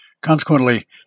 consequently